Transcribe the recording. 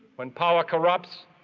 when power corrupts,